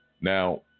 now